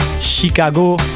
Chicago